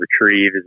retrieve